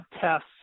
tests